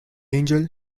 angel